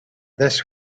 this